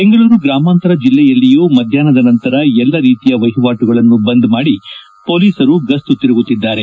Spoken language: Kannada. ಬೆಂಗಳೂರು ಗ್ರಾಮಾಂತರ ಜಿಲ್ಲೆಯಲ್ಲಿಯೂ ಮಧ್ಯಾಹ್ನದ ನಂತರ ಎಲ್ಲಾ ರೀತಿಯ ವಹಿವಾಟುಗಳನ್ನು ಬಂದ್ ಮಾಡಿ ಪೊಲೀಸರು ಗಸ್ತು ತಿರುಗುತ್ತಿದ್ದಾರೆ